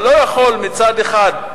אתה לא יכול מצד אחד,